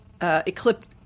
eclipse